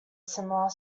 similar